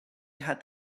had